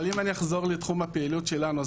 אבל אם אני אחזור לתחום הפעילות שלנו,